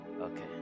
okay